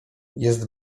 jest